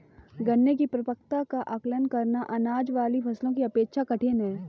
गन्ने की परिपक्वता का आंकलन करना, अनाज वाली फसलों की अपेक्षा कठिन है